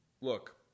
Look